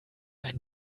ein